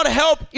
help